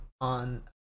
on